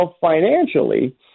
financially